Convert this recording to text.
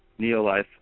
Neolife